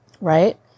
Right